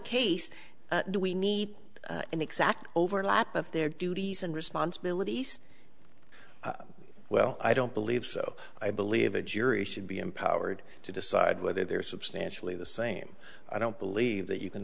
case do we need an exact overlap of their duties and responsibilities well i don't believe so i believe a jury should be empowered to decide whether they're substantially the same i don't believe that you can